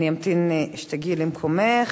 אני אמתין שתגיעי למקומך.